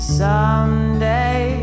someday